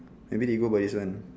maybe they go by this one